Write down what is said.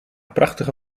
prachtige